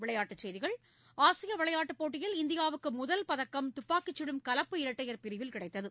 விளையாட்டுச் செய்திகள் ஆசியவிளையாட்டுபோட்டியில் இந்தியாவுக்குமுதல் பதக்கம் துப்பாக்கிச்சுடும் கலப்பு இரட்டையர் பிரிவில் கிடைத்தது